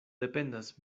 dependas